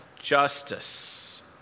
justice